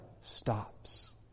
stops